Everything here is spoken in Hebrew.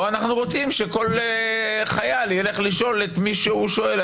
או שאנחנו רוצים שכל חייל ילך לשאול את מי שהוא שואל?